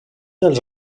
dels